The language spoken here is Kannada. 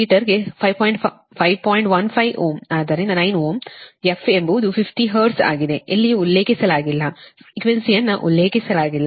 15Ω ಆದ್ದರಿಂದ 9Ω f ಎಂಬುದು 50 ಹರ್ಟ್ಜ್ ಆಗಿದೆ ಎಲ್ಲಿಯೂ ಉಲ್ಲೇಖಿಸಲಾಗಿಲ್ಲ ಫ್ರೀಕ್ವೆನ್ಸಿಯನ್ನು ಉಲ್ಲೇಖಿಸಲಾಗಿಲ್ಲ